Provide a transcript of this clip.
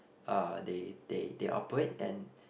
uh they they they operate and